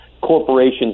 corporations